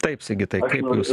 taip sigitai kaip jūs